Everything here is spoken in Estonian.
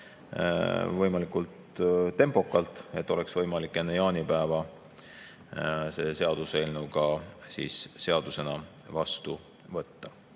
võimalikult tempokalt, et oleks võimalik enne jaanipäeva see seaduseelnõu ka seadusena vastu võtta.